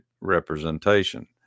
representation